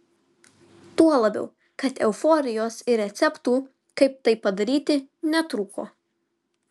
tuo labiau kad euforijos ir receptų kaip tai padaryti netrūko